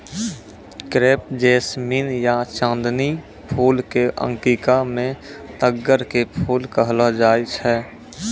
crepe jasmine या चांदनी फूल कॅ अंगिका मॅ तग्गड़ के फूल कहलो जाय छै